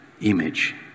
image